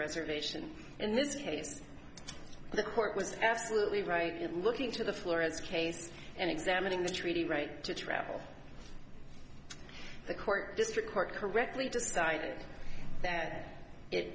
reservation in this case the court was absolutely right looking to the floor as cases and examining the treaty right to travel the court district court correctly decided that it